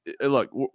look